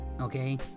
okay